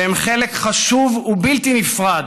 שהם חלק חשוב ובלתי נפרד